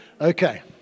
Okay